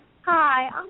Hi